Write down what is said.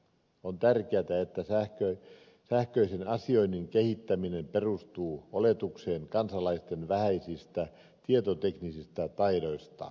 on tärkeätä että sähköisen asioinnin kehittäminen perustuu oletukseen kansalaisten vähäisistä tietoteknisistä taidoista